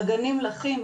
אגנים לחים,